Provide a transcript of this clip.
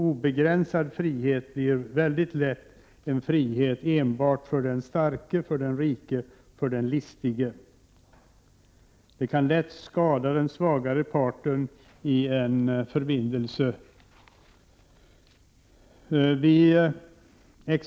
Obegränsad frihet blir väldigt lätt en frihet enbart för den starke, den rike, den listige. Den kan lätt skada den svagare parten i en förbindelse.